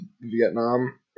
Vietnam